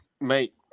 mate